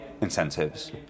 incentives